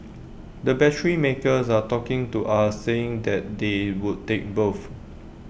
the battery makers are talking to us saying that they would take both